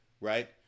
right